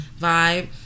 vibe